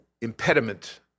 impediment